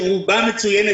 שרובה מצוינת,